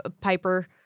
Piper